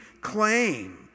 claim